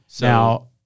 Now